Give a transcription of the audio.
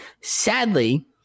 Sadly